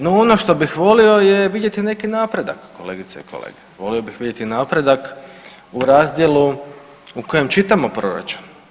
No, ono što bih volio je vidjeti neki napredak kolegice i kolege, volio bih vidjeti napredak u razdjelu u kojem čitamo proračun.